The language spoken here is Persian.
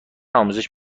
آموزش